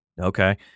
Okay